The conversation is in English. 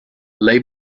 lay